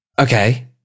Okay